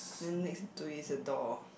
then next to it is a door